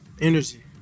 energy